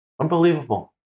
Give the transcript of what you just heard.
Unbelievable